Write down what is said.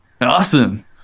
Awesome